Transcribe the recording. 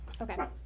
Okay